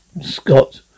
Scott